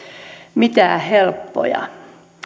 mitään helppoja